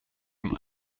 haben